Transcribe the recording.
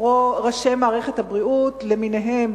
ראשי מערכת הבריאות למיניהם,